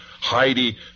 Heidi